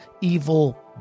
evil